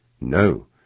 No